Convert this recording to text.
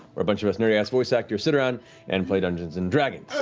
where a bunch of us nerdy-ass voice actors sit around and play dungeons and dragons.